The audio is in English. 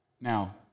Now